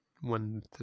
one